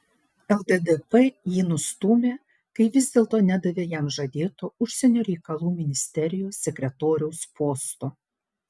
lddp jį nustūmė kai vis dėlto nedavė jam žadėto užsienio reikalų ministerijos sekretoriaus posto